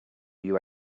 you